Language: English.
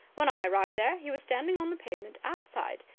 when i arrived there he was standing on the pavement outside.